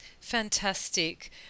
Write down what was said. Fantastic